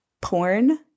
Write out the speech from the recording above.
porn